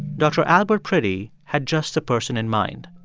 dr. albert priddy had just the person in mind.